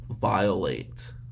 violate